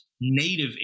native